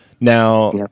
now